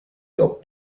your